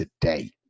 today